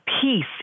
peace